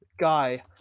Guy